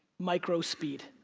micro speed.